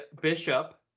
bishop